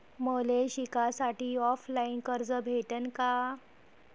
मले शिकासाठी ऑफलाईन कर्ज भेटन का?